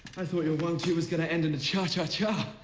i thought your one two was going to end in a cha, cha, cha.